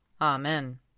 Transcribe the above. Amen